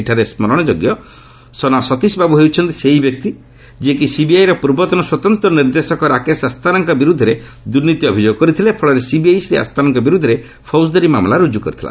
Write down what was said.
ଏଠାର ସ୍କରଣଯୋଗ୍ୟ ସନା ସତୀଶ ବାବୁ ହେଉଛନ୍ତି ସେହି ବ୍ୟକ୍ତି ଯିଏକି ସିବିଆଇର ପୂର୍ବତନ ସ୍ୱତନ୍ତ୍ର ନିର୍ଦ୍ଦେଶକ ରାକେଶ ଅସ୍ଥାନାଙ୍କ ବିରୁଦ୍ଧରେ ଦୁର୍ନୀତି ଅଭିଯୋଗ କରିଥିଲେ ଫଳରେ ସିବିଆଇ ଶ୍ରୀ ଅସ୍ଥାନାଙ୍କ ବିରୁଦ୍ଧରେ ଫୌକଦାରୀ ମାମଲା ରୁକ୍କୁ କରିଥିଲା